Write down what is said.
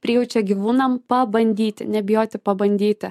prijaučia gyvūnam pabandyti nebijoti pabandyti